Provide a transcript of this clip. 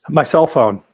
my cell phone.